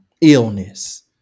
illness